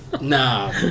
Nah